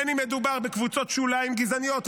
בין שמדובר בקבוצות שוליים גזעניות,